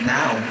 now